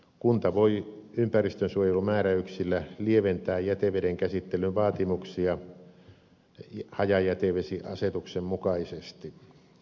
kunta voi ympäristönsuojelumääräyksillä lieventää jäteveden käsittelyn vaatimuksia hajajätevesiasetuksen mukaisesti